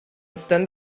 stand